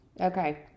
Okay